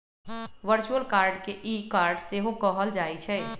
virtual card के e card सेहो कहल जाइ छइ